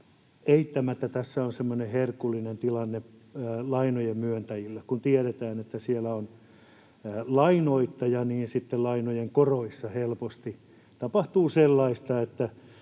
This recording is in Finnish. tässä on herkullinen tilanne lainojen myöntäjillä: kun tiedetään, että siellä on lainoittaja, niin sitten lainojen koroissa helposti tapahtuu sellaista,